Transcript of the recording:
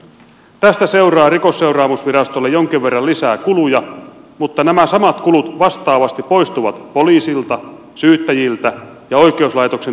tästä seuraa rikosseuraamusvirastolle jonkin verran lisää kuluja mutta nämä samat kulut vastaavasti poistuvat poliisilta syyttäjiltä ja oikeuslaitoksen tuomareilta ja virkailijoilta